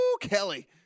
Kelly